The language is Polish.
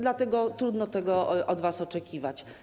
Dlatego trudno tego od was oczekiwać.